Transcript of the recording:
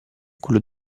quello